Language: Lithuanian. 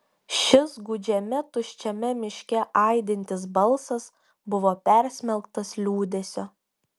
šis gūdžiame tuščiame miške aidintis balsas buvo persmelktas liūdesio